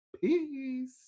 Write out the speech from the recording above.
Peace